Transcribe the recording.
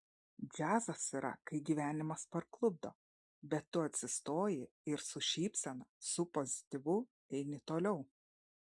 džiazas yra kai gyvenimas parklupdo bet tu atsistoji ir su šypsena su pozityvu eini toliau